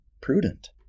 prudent